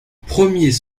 premier